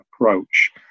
approach